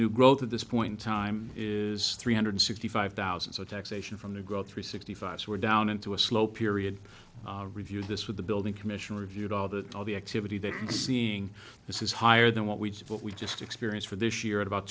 new growth at this point in time is three hundred sixty five thousand so taxation from the growth three sixty five we're down into a slow period review this with the building commission reviewed all the all the activity they're seeing this is higher than what we what we just experienced for this year at about